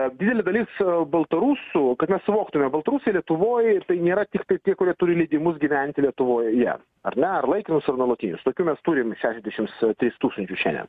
didelė dalis baltarusų kad mes suvoktumėm baltarusai lietuvoj ir tai nėra tiktai tie kurie turi leidimus gyventi lietuvoje ar ne ar laikinus ar nuolatinius tokių mes turim šešiasdešims tris tūkstančius šiandien